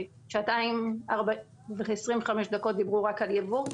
ושעתיים ו-25 דקות דיברו רק על יבוא.